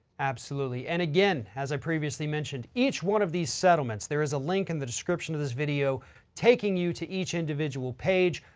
absolutely, and again, as i previously mentioned, each one of these settlements, there is a link in the description of this video taking you to each individual page.